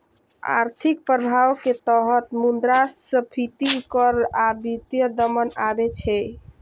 आर्थिक प्रभाव के तहत मुद्रास्फीति कर आ वित्तीय दमन आबै छै